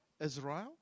Israel